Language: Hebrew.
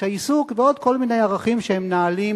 העיסוק ועוד כל מיני ערכים שהם נעלים